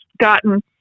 gotten